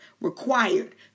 required